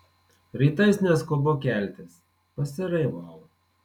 rytais neskubu keltis pasiraivau